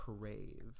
crave